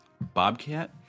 Bobcat